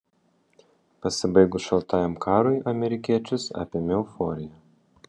pasibaigus šaltajam karui amerikiečius apėmė euforija